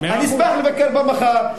אני אשמח לבקר בה מחר,